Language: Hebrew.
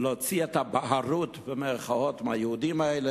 להוציא את "הבערות" מהיהודים האלה,